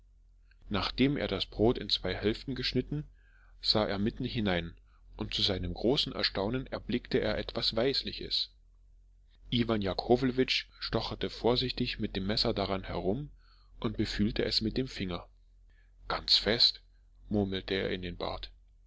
nachdem er das brot in zwei hälften geschnitten sah er mitten hinein und zu seinem großen erstaunen erblickte er etwas weißliches iwan jakowlewitsch stocherte vorsichtig mit dem messer daran herum und befühlte es mit dem finger ganz fest murmelte er in den bart